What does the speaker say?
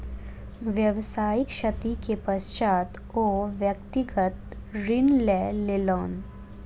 व्यावसायिक क्षति के पश्चात ओ व्यक्तिगत ऋण लय लेलैन